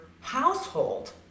household